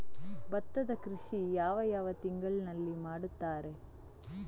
ಭತ್ತದ ಕೃಷಿ ಯಾವ ಯಾವ ತಿಂಗಳಿನಲ್ಲಿ ಮಾಡುತ್ತಾರೆ?